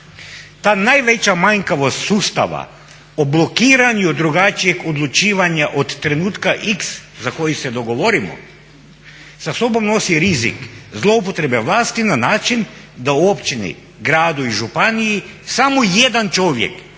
Ta najveća manjkavost sustava o blokiranju drugačijeg odlučivanja od trenutka x za koji se dogovorimo sa sobom nosi rizik zloupotrebe vlasti na način da u općini, gradu i županiji samo jedan čovjek